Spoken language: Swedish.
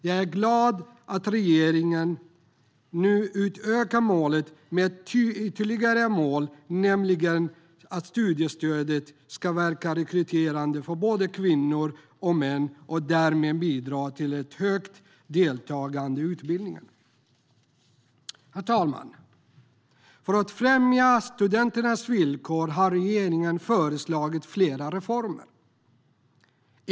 Jag är glad att regeringen nu utökar målen med ett ytterligare mål, nämligen att studiestödet ska verka rekryterande för både kvinnor och män och därmed bidra till ett högt deltagande i utbildning. Herr talman! För att främja studenternas villkor har regeringen föreslagit flera reformer.